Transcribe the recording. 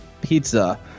pizza